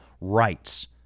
rights